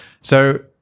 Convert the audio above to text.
So-